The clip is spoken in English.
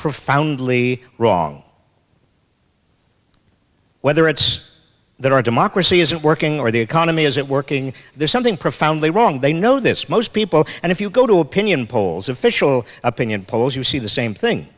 profoundly wrong whether it's that our democracy isn't working or the economy is it working there's something profoundly wrong they know this most people and if you go to opinion polls official opinion polls you see the same thing